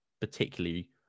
particularly